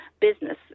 business